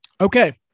Okay